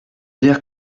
dire